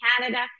Canada